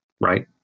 Right